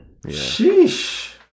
Sheesh